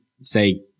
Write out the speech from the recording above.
say